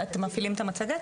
(הצגת מצגת)